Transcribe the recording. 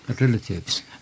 relatives